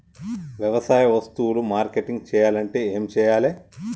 వ్యవసాయ వస్తువులు మార్కెటింగ్ చెయ్యాలంటే ఏం చెయ్యాలే?